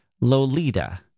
Lolita